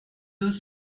deux